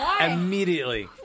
Immediately